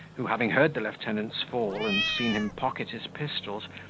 who, having heard the lieutenant's fall and seen him pocket his pistols,